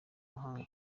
mahanga